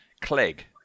Clegg